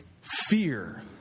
Fear